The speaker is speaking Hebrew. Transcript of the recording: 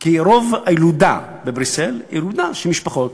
כי רוב הילודה בבריסל היא ילודה של משפחות